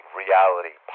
reality